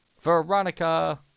Veronica